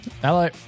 hello